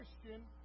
Christian